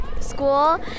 school